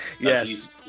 Yes